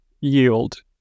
yield